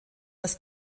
das